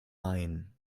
main